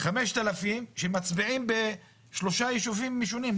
5,000 שמצביעים בשלושה יישובים שונים.